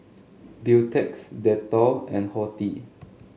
Beautex Dettol and Horti